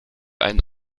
einen